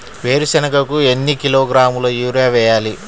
వేరుశనగకు ఎన్ని కిలోగ్రాముల యూరియా వేయాలి?